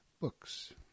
books